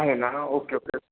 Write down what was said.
आहे ना okay okay